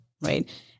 Right